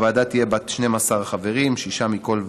הוועדה תהיה בת 12 חברים, שישה מכל ועדה,